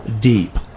deep